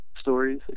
stories